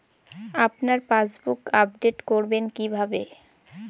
আপনার passbook update করবেন কিভাবে?